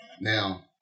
Now